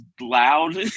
loud